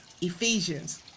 Ephesians